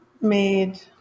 made